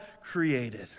created